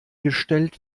gestellt